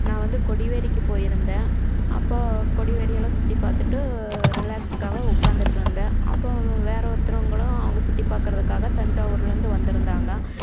நான் வந்து கொடிவேரிக்கு போய்ருந்தேன் அப்போது கொடிவேரியெல்லாம் சுற்றிப் பார்த்துட்டு ரிலாக்ஸுக்காக உக்கார்ந்துட்ருந்தேன் அப்போது வேறு ஒருத்தவங்களும் அங்கே சுற்றிப் பார்க்கறதுக்காக தஞ்சாவூர்லேருந்து வந்திருந்தாங்க